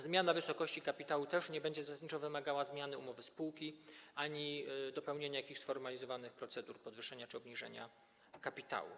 Zmiana wysokości kapitału też nie będzie zasadniczo wymagała zmiany umowy spółki ani dopełnienia jakichś sformalizowanych procedur podwyższenia czy obniżenia kapitału.